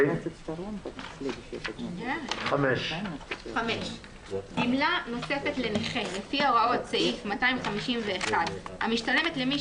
נמשיך בהקראה: 5. גמלה נוספת לנכה לפי הוראות סעיף 251 המשתלמת למי